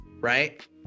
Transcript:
right